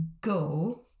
go